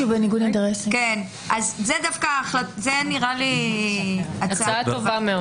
זה נראה לי הצעה טובה.